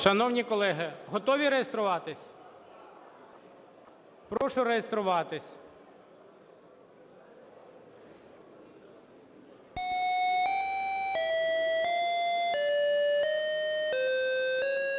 Шановні колеги, готові реєструватися? Прошу реєструватися.